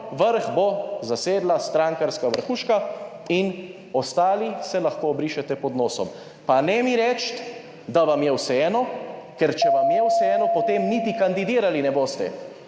vrh bo zasedla strankarska vrhuška in ostali se lahko obrišete pod nosom, pa ne mi reči, da vam je vseeno, ker če vam je vseeno, potem niti kandidirali ne boste,